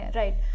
right